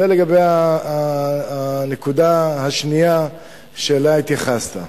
זה לגבי הנקודה השנייה שאליה התייחסת.